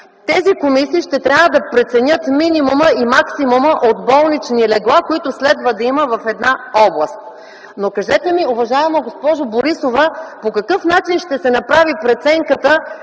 Тези комисии ще трябва да преценят минимума и максимума от болнични легла, които следва да има в една област. Но кажете ми, уважаема госпожо Борисова, по какъв начин ще се направи преценката,